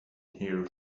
here